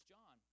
John